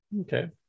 Okay